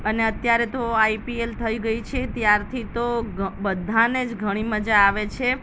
અને અત્યારે તો આઈપીએલ થઈ ગઈ છે ત્યારથી તો ઘ બધાને જ ઘણી મજા આવે છે